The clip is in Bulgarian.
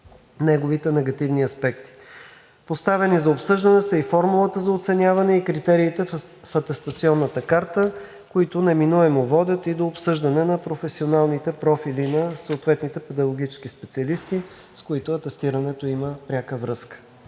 неговите негативни аспекти. Поставени за обсъждане са и формулата за оценяване и критериите в атестационната карта, които неминуемо водят и до обсъждане на професионалните профили на педагогическите специалисти, с които атестирането има пряка връзка.